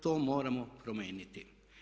To moramo promijenit.